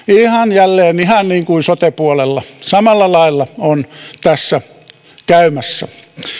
jälleen ihan niin kuin sote puolella samalla lailla on tässä käymässä